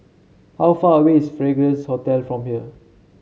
how far away is Fragrance Hotel from here